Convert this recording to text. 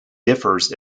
differs